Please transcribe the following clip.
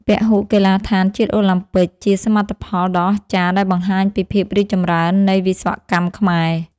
ពហុកីឡដ្ឋានជាតិអូឡាំពិកជាសមិទ្ធផលដ៏អស្ចារ្យដែលបង្ហាញពីភាពរីកចម្រើននៃវិស្វកម្មខ្មែរ។